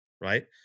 Right